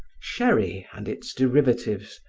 sherry and its derivatives,